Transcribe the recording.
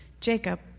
Jacob